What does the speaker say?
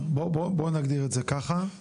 בואו נגדיר את זה, נבאר.